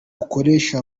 ukoresha